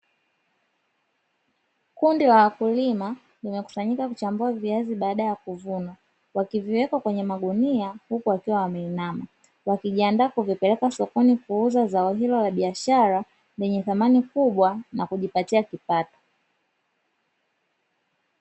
Kundi la wakulima limekusanyika kuchambua viazi baada ya kuvunwa, wakiviweka kwenye magunia huku wakiwa wameinama. Wakijiandaa kuvipeleka sokoni kuuza zao hilo la biashara, lenye thamani kubwa na kujipatia kipato.